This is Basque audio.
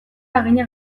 haginak